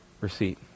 receipt